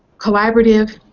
collaborative